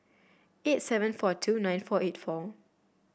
eight seven four two nine four eight four